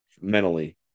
mentally